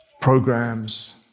programs